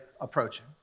approaching